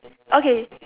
okay